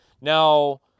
Now